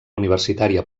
universitària